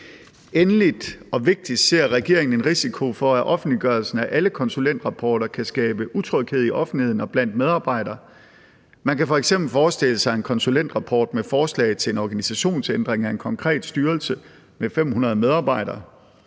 Endelig og vigtigst ser regeringen en risiko for, at offentliggørelsen af alle konsulentrapporter kan skabe utryghed i offentligheden og blandt medarbejdere. Man kan f.eks. forestille sig en konsulentrapport med forslag til en organisationsændring af en konkret styrelse med 500 medarbejdere